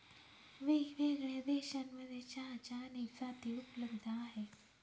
वेगळ्यावेगळ्या देशांमध्ये चहाच्या अनेक जाती उपलब्ध आहे